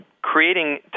Creating